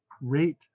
rate